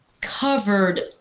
covered